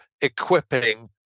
equipping